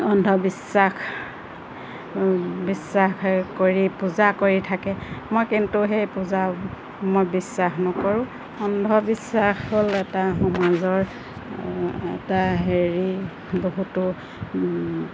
অন্ধবিশ্বাস বিশ্বাস কৰি পূজা কৰি থাকে মই কিন্তু সেই পূজা মই বিশ্বাস নকৰোঁ অন্ধবিশ্বাস হ'ল এটা সমাজৰ এটা হেৰি বহুতো